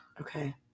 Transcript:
Okay